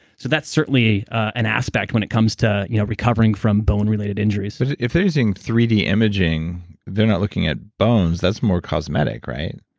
so that's certainly an aspect when it comes to you know recovering from bone unrelated injuries if they're using three d imaging, they're not looking at bones. that's more cosmetic right?